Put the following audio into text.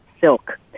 silk